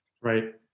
right